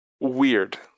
weird